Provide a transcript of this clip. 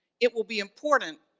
it will be important,